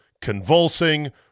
convulsing